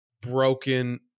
broken